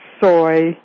soy